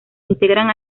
integran